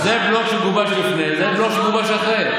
זה בלוק שגובש לפני וזה בלוק שגובש אחרי.